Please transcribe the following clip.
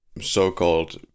so-called